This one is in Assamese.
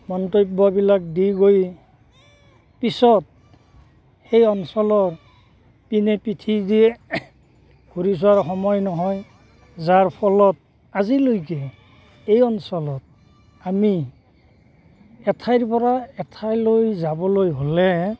মন্তব্যবিলাক দি গৈ পিছত এই অঞ্চলৰ পিনে পিঠি দিয়ে ঘূৰি চোৱাৰ সময় নহয় যাৰ ফলত আজিলৈকে এই অঞ্চলত আমি এঠাইৰ পৰা এঠাইলৈ যাবলৈ হ'লে